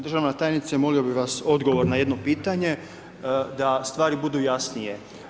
Državna tajnice molio bih vas odgovor na jedno pitanje da stvari budu jasnije.